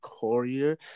courier